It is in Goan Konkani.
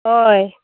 हय